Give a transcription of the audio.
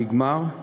נגמר.